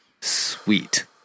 sweet